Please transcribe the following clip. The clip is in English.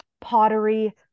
pottery